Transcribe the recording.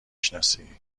شناسی